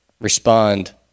respond